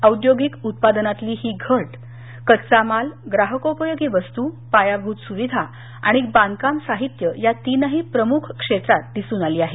औद्योगिक उत्पादनातली ही घट कच्चा माल ग्राहकोपयोगी वस्तू पायाभूतसुविधा आणि बांधकामसाहित्य या तीनही प्रमुख क्षेत्रात दिसून आली आहे